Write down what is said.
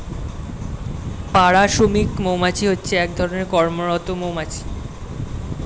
পাড়া শ্রমিক মৌমাছি হচ্ছে এক ধরণের কর্মরত মৌমাছি